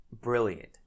brilliant